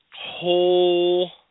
whole